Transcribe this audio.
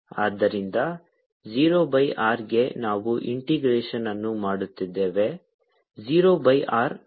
ಆದ್ದರಿಂದ 0 by r ಗೆ ನಾವು ಇಂಟಿಗ್ರೇಶನ್ಅನ್ನು ಮಾಡುತ್ತಿದ್ದೇವೆ 0 ಬೈ R